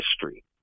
history